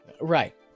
Right